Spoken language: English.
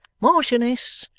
marchioness,